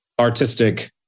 artistic